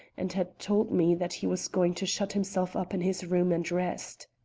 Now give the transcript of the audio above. and had told me that he was going to shut himself up in his room and rest.